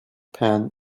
pan